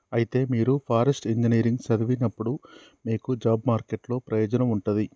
అయితే మీరు forest engineering సదివినప్పుడు మీకు జాబ్ మార్కెట్ లో ప్రయోజనం ఉంటది